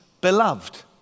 beloved